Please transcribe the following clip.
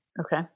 Okay